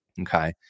okay